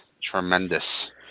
Tremendous